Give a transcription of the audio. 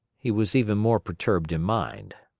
he was even more perturbed in mind.